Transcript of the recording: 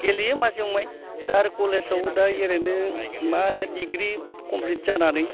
गेलेयो माजे समय दा आरो कलेजाव दा ओरैनो मा होनो डिग्रि कमप्लिट जानानै